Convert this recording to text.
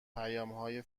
پیامهای